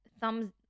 thumbs